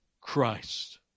Christ